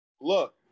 Look